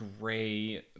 gray